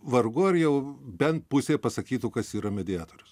vargu ar jau bent pusė pasakytų kas yra mediatorius